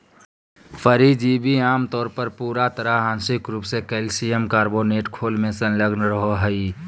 परिजीवी आमतौर पर पूरा तरह आंशिक रूप से कइल्शियम कार्बोनेट खोल में संलग्न रहो हइ